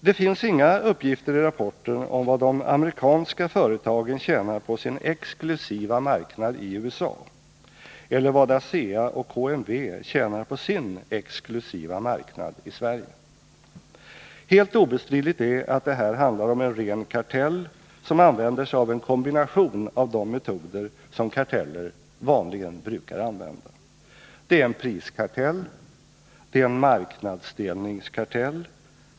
Det finns inga uppgifter i rapporten om vad de amerikanska företagen tjänar på sin exklusiva marknad i USA eller vad ASEA och KMW tjänar på sin exklusiva marknad i Sverige. Helt obestridligt är att det här handlar om en 31 ren kartell, som använder sig av en kombination av de metoder som karteller vanligen brukar använda. Det är en priskartell. Det är en marknadsdelningskartell.